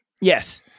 Yes